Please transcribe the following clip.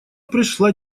пришла